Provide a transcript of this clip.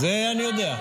את זה אני יודע.